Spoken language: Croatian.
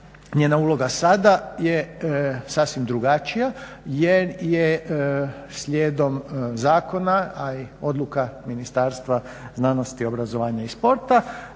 njena uloga sada je sasvim drugačija jer je slijedom zakona odluka Ministarstva znanosti, obrazovanja i sporta,